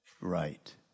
right